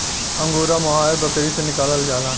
angora mohair बकरी से निकालल जाला